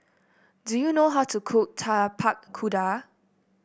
do you know how to cook Tapak Kuda